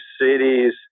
cities